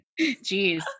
jeez